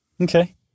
Okay